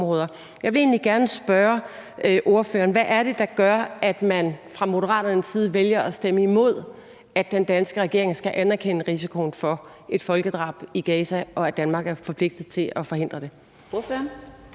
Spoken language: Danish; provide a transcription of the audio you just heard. Jeg vil egentlig gerne spørge ordføreren, hvad det er, der gør, at man fra Moderaternes side vælger at stemme imod, at den danske regering skal anerkende risikoen for et folkedrab i Gaza, og at Danmark er forpligtet til at forhindre det.